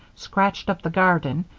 scratched up the garden,